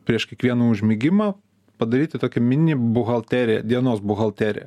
prieš kiekvieną užmigimą padaryti tokią mini buhalteriją dienos buhalteriją